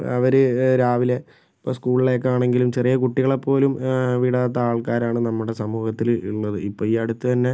അവര് രാവിലെ ഇപ്പം സ്കൂൾലേക്കാണെങ്കിലും ചെറിയ കുട്ടികളെ പോലും വിടാത്ത ആൾക്കാരാണ് നമ്മുടെ സമൂഹത്തില് ഉള്ളത് ഇപ്പം ഈ അടുത്ത് തന്നെ